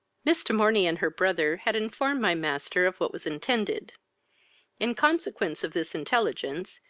miss de morney and her brother had informed my master of what was intended in consequence of this intelligence,